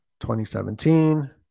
2017